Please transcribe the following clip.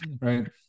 right